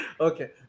Okay